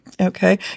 Okay